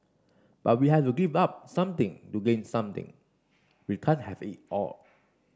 but we have to give up something to gain something we can't have it all